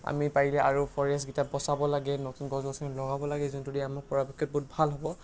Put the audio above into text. আমি পাৰিলে আৰু ফৰেষ্টকেইটা বচাব লাগে নতুন গছ গছনি লগাব লাগে যোনটো দি আমাৰ পৰাপক্ষত বহুত ভাল হ'ব